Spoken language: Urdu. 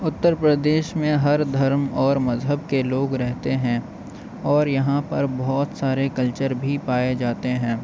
اتّر پردیش میں ہر دھرم اور مذہب کے لوگ رہتے ہیں اور یہاں پر بہت سارے کلچر بھی پائے جاتے ہیں